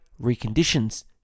reconditions